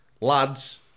lads